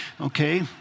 okay